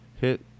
hit